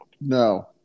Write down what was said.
No